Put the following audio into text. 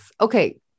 Okay